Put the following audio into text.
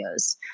videos